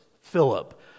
Philip